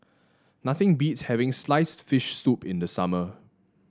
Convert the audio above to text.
nothing beats having sliced fish soup in the summer